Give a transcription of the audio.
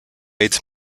aids